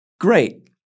Great